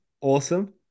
awesome